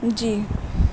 جی